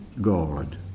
God